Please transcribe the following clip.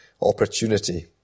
opportunity